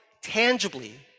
tangibly